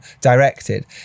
directed